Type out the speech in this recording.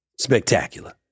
spectacular